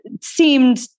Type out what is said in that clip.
seemed